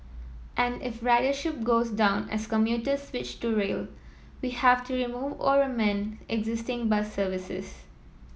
and if ridership goes down as commuters switch to rail we have to remove or amend existing bus services